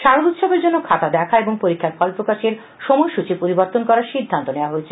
শারদোৎসবের জন্য খাতা দেখা এবং পরীক্ষার ফল প্রকাশের সময়সচি পরিবর্তন করার সিদ্ধান্ত নেওয়া হয়েছে